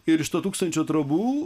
ir iš to tūkstančio trobų